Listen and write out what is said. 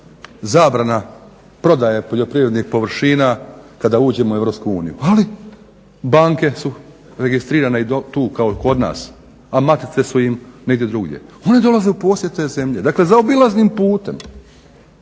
zabrana prodaje poljoprivrednih površina kada uđemo u EU. Ali banke su registrirane i tu kao kod nas a matice su im negdje drugdje. One dolaze u posjed te zemlje, dakle zaobilaznim putem